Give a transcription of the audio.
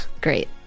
great